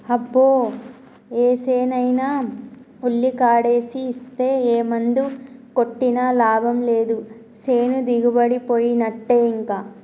అబ్బో ఏసేనైనా ఉల్లికాడేసి ఇస్తే ఏ మందు కొట్టినా లాభం లేదు సేను దిగుబడిపోయినట్టే ఇంకా